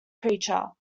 creature